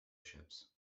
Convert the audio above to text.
ships